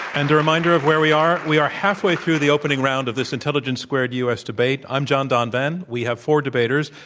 and a reminder of where we are, we are halfway through the opening round of this intelligence squared u. s. debate. i'm john donvan. we have four debaters,